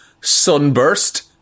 sunburst